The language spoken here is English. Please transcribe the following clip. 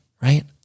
Right